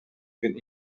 been